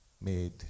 made